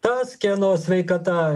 tas kieno sveikata